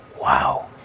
wow